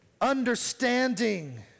understanding